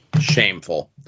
Shameful